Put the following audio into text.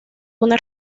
una